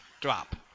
drop